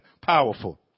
powerful